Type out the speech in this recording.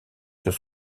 sur